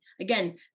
again